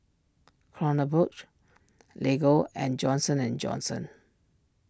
Kronenbourg Lego and Johnson and Johnson